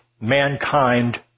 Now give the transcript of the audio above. mankind